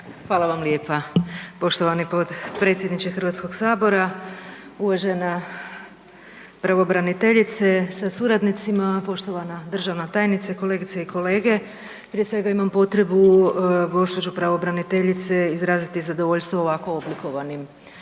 Hvala vam lijepa poštovani potpredsjedniče Hrvatskog sabora. Uvažena pravobraniteljice sa suradnicima, poštovana državna tajnice, kolegice i kolege prije svega imam potrebu gospođi pravobraniteljici izraziti zadovoljstvo ovako oblikovanim